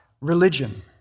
religion